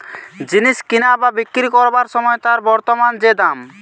জিনিস কিনা বা বিক্রি কোরবার সময় তার বর্তমান যে দাম